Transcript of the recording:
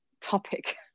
topic